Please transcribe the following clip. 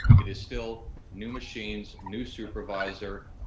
it is still new machines, new supervisor,